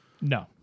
No